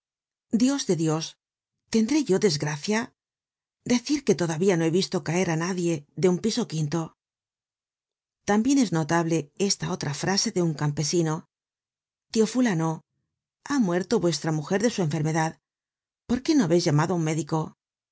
dios de dios tendré yo desgracia decir que todavía no he visto caer á na die de un piso quinto content from google book search generated at tambien es notable esta otra frase de un campesino tio fulano ha muerto vuestra mujer de su enfermedad por qué no habeis llamado á un médico